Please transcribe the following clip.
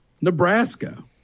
Nebraska